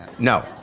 No